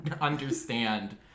understand